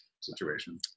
situation